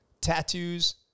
tattoos